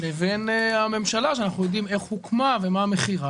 לבין הממשלה, שאנחנו יודעים איך הוקמה ומה מחיר.